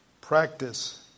practice